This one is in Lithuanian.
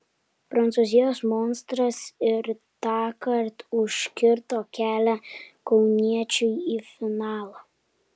prancūzijos monstras ir tąkart užkirto kelią kauniečiui į finalą